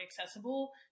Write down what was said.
accessible